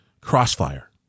Crossfire